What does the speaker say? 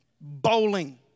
Bowling